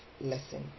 lesson